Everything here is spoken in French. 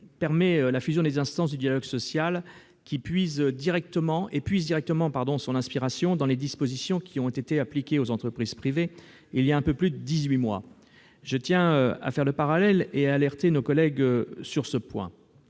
permet la fusion des instances du dialogue social et puise directement son inspiration dans les dispositions qui ont été appliquées aux entreprises privées, il y a un peu plus de dix-huit mois. Je tiens à faire le parallèle et à vous alerter, mes chers collègues, sur ce point.